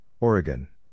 Oregon